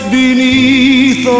beneath